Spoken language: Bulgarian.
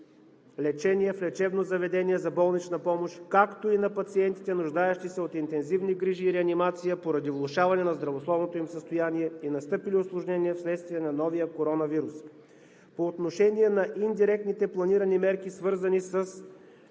лечение в лечебно заведение за болнична помощ, както и на пациентите, нуждаещи се от интензивни грижи и реанимация поради влошаване на здравословното им състояние и настъпили усложнения, вследствие на новия коронавирус. По отношение на индиректните планирани мерки, свързани с